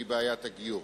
והיא בעיית הגיור.